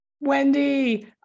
Wendy